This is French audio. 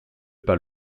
pas